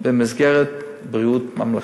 במסגרת בריאות ממלכתית.